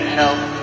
help